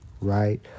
right